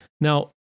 Now